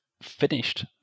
finished